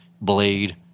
Blade